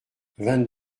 vingt